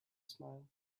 smile